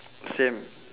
same